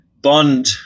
bond